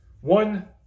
one